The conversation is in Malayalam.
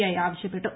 ഐ ആവശ്യപ്പെട്ടു